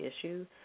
issue